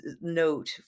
note